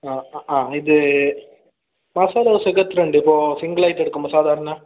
ആ ആ ഇത് മസാല ദോശ എത്ര ഉണ്ട് ഇപ്പോൾ സിംഗിളായിട്ട് എടുക്കുമ്പോൾ സാധാരണ